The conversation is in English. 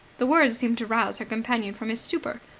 the words seemed to rouse her companion from his stupor.